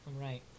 Right